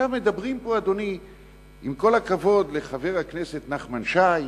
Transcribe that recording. עכשיו מדברים פה, עם כל הכבוד לחבר הכנסת נחמן שי,